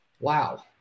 Wow